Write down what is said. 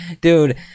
Dude